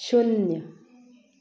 शुन्य